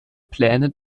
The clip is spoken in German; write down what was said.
pläne